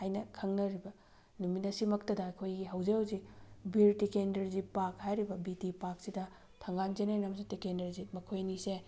ꯍꯥꯏꯅ ꯈꯪꯅꯔꯤꯕ ꯅꯨꯃꯤꯠ ꯑꯁꯤꯃꯛꯇꯗ ꯑꯩꯈꯣꯏꯒꯤ ꯍꯧꯖꯤꯛ ꯍꯧꯖꯤꯛ ꯕꯤꯔ ꯇꯤꯇꯦꯟꯗ꯭ꯔꯖꯤꯠ ꯄꯥꯛ ꯍꯥꯏꯔꯤꯕ ꯕꯤ ꯇꯤ ꯄꯥꯛꯁꯤꯗ ꯊꯪꯒꯥꯜ ꯖꯦꯅꯔꯦꯜ ꯑꯃꯁꯨꯡ ꯇꯤꯀꯦꯟꯗ꯭ꯔꯖꯤꯠ ꯃꯈꯣꯏ ꯑꯅꯤꯁꯦ